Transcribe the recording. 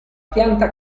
pianta